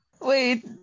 Wait